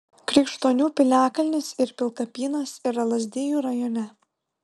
krikštonių piliakalnis ir pilkapynas yra lazdijų rajone